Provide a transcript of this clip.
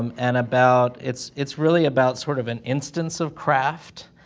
um and about. it's it's really about sort of an instance of craft,